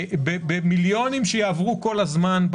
במיליונים שיעברו כל הזמן.